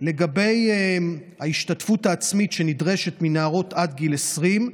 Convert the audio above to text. לגבי ההשתתפות העצמית שנדרשת מנערות עד גיל 20: